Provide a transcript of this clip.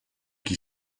qui